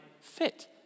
fit